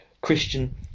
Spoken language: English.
christian